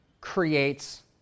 creates